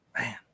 Man